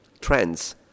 trends